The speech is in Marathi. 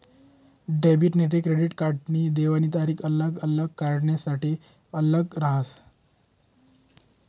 डेबिट नैते क्रेडिट कार्डनी देवानी तारीख आल्लग आल्लग कार्डसनासाठे आल्लग रहास